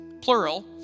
plural